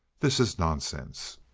this is nonsense.